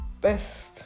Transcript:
best